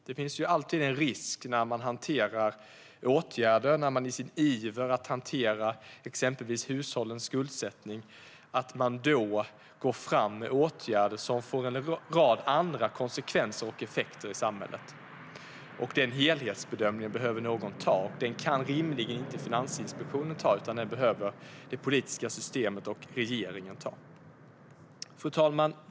Det finns ju alltid en risk när man i sin iver att hantera exempelvis hushållens skuldsättning går fram med åtgärder som får en rad andra konsekvenser och effekter i samhället. Den helhetsbedömningen behöver någon göra, och det är rimligen inte Finansinspektionen utan det politiska systemet och regeringen. Fru talman!